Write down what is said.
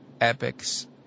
epics